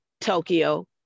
Tokyo